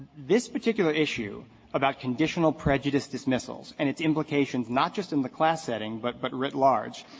this particular issue about conditional prejudice dismissals and its implications not just in the class setting but but writ large,